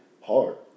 hard